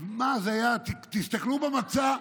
תסתכלו במצע,